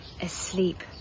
asleep